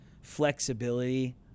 flexibility